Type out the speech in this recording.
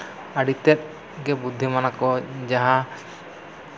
ᱟᱹᱰᱤ ᱛᱮᱫ ᱜᱮ ᱵᱩᱫᱽᱫᱷᱤᱢᱟᱱ ᱟᱠᱚ ᱡᱟᱦᱟᱸ